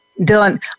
Dylan